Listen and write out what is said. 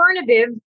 alternative